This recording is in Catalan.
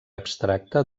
abstracta